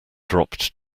dropped